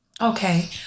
Okay